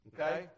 Okay